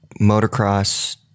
motocross